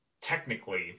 technically